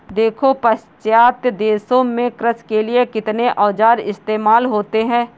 देखो पाश्चात्य देशों में कृषि के लिए कितने औजार इस्तेमाल होते हैं